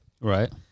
Right